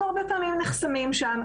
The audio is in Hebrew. אנחנו הרבה פעמים נחסמים שם.